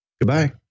Goodbye